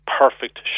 perfect